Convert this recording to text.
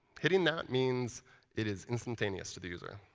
hitting that means it is instantaneous to the user.